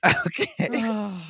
okay